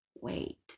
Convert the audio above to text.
wait